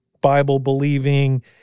Bible-believing